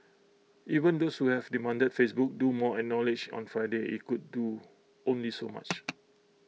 even those who have demanded Facebook do more acknowledged on Friday IT could do only so much